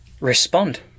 respond